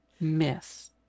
Miss